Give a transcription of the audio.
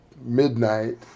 midnight